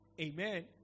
Amen